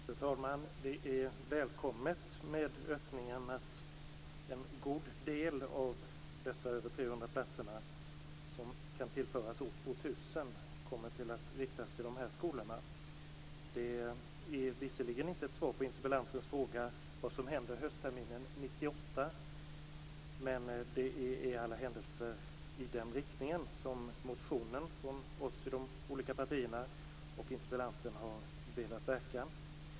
Fru talman! Det är välkommet med öppningen att en god del av dessa över 300 platser som kan tillföras år 2000 kommer att riktas till de här skolorna. Det ger visserligen inte svar på interpellantens fråga, vad som händer höstterminen 1998, men det är i alla händelser i den riktning som motionen från oss i olika partier och interpellanten har velat verka.